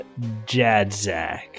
Jadzak